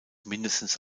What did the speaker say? mindestens